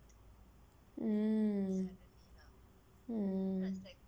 mm